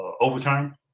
overtime